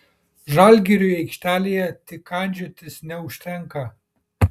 žalgiriui aikštelėje tik kandžiotis neužtenka